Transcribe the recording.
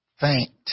faint